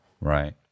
Right